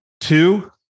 Two